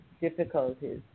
difficulties